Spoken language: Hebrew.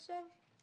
לא חסר כסף.